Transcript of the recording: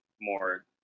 more